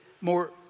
more